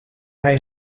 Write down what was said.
hij